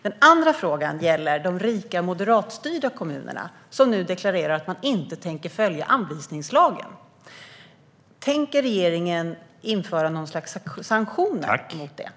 Den andra frågan gäller de rika moderatstyrda kommuner som nu deklarerar att de inte tänker följa anvisningslagen. Tänker regeringen införa något slags sanktioner mot detta?